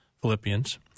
Philippians